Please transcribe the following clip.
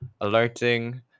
alerting